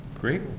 Great